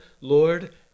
Lord